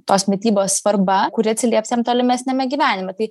tos mitybos svarba kuri atsilieps jam tolimesniame gyvenime tai